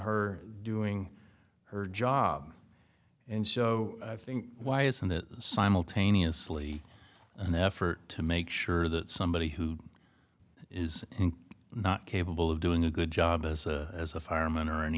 her doing her job and so i think why isn't that simultaneously an effort to make sure that somebody who is not capable of doing a good job as a as a fireman or an